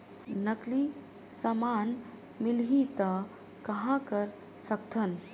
नकली समान मिलही त कहां कर सकथन?